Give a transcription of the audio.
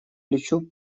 плечу